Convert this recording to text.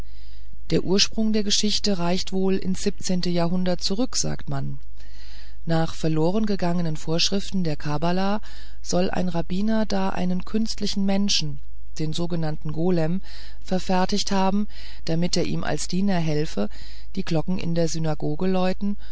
der ursprung der geschichte reicht wohl ins siebzehnte jahrhundert zurück sagt man nach verlorengegangenen vorschriften der kabbala soll ein rabbiner da einen künstlichen menschen den sogenannten golem verfertigt haben damit er ihm als diener helfe die glocken in der